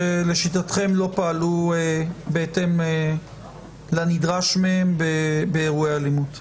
שלשיטתכם לא פעלו בהתאם לנדרש מהם באירועי אלימות?